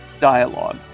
dialogue